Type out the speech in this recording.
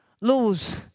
lose